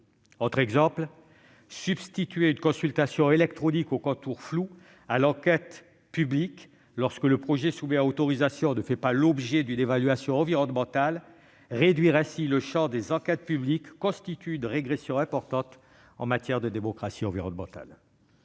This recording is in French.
prévoit de substituer une consultation électronique aux contours flous à l'enquête publique lorsque le projet soumis à autorisation ne fait pas l'objet d'une évaluation environnementale. Réduire ainsi le champ des enquêtes publiques constitue une régression importante en matière de démocratie environnementale.